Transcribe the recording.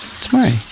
tomorrow